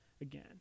again